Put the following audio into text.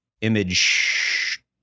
image